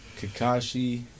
Kakashi